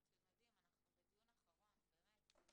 אנחנו בדיון אחרון, זה היה אמור להיות יום